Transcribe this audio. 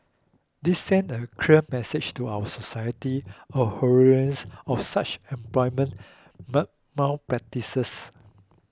this send a clear message to our society abhorrence of such employment malpractices